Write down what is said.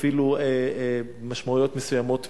אפילו במשמעויות מסוימות,